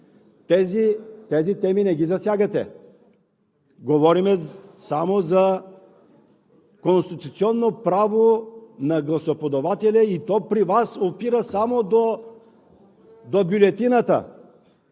Тези теми не ги засягате. Говорим само за конституционното право на гласоподавателя, и при Вас то опира само до бюлетината.